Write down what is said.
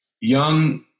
young